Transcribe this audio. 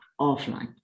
offline